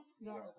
No